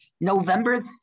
November